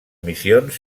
missions